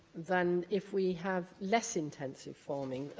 than if we have less intensive farming.